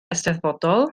eisteddfodol